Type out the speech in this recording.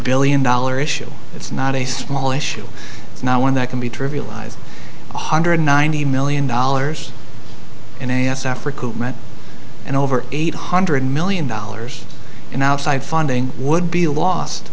billion dollar issue it's not a small issue it's not one that can be trivialized one hundred ninety million dollars in a s africa and over eight hundred million dollars in outside funding would be lost